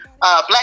Black